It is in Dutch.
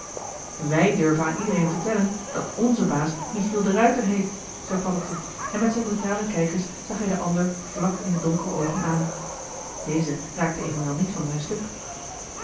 wij durven aan iedereen vertellen dat nze baas michiel de ruijter heet zei paddeltje en met zijn brutale kijkers zag hij den ander vlak in de donkere oogen deze raakte evenwel niet van zijn stuk